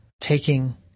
taking